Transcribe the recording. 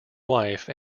wife